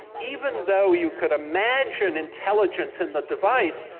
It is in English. even though you could imagine intelligence in the device,